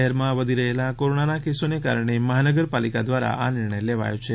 શહેરમાં વધી રહેલા કોરોનાના કેસોને કારણે મહાનગરપાલિકા દ્વારા આ નિર્ણય લેવાયો છે